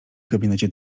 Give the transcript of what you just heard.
gabinecie